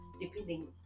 depending